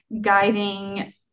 guiding